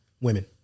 Women